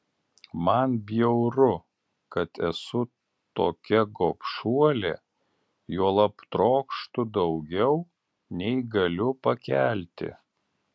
man bjauru kad esu tokia gobšuolė juolab trokštu daugiau nei galiu pakelti